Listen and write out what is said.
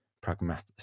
pragmatic